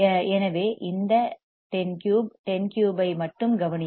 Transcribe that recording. எனவே இந்த 103 103 ஐ மட்டும் கவனியுங்கள்